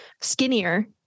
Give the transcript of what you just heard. skinnier